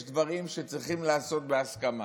יש דברים שצריכים לעשות בהסכמה,